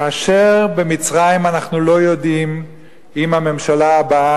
כאשר במצרים אנחנו לא יודעים אם הממשלה הבאה,